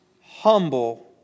humble